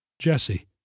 Jesse